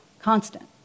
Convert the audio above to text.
constant